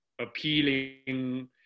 appealing